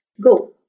go